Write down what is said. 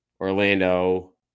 Orlando